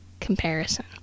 comparison